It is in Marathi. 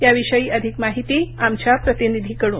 याविषयी अधिक माहिती आमच्या प्रतिनिधीकडून